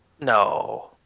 No